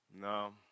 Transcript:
No